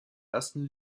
ersten